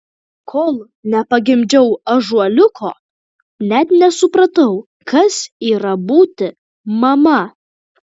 kol nepagimdžiau ąžuoliuko net nesupratau kas yra būti mama